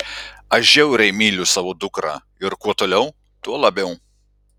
aš žiauriai myliu savo dukrą ir kuo toliau tuo labiau